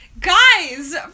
guys